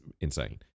insane